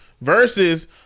Versus